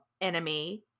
enemy